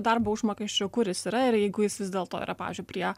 darbo užmokesčio kur jis yra ir jeigu jis vis dėlto yra pavyzdžiui prie